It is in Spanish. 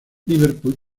liverpool